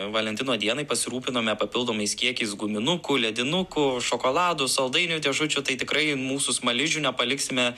valentino dienai pasirūpinome papildomais kiekiais guminukų ledinukų šokoladų saldainių dėžučių tai tikrai mūsų smaližių nepaliksime